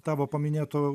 tavo paminėto